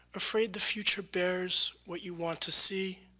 afraid the future bears what you want to see,